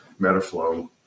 Metaflow